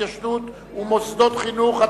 התיישנות ומוסדות חינוך),